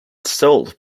salt